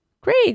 great